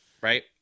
right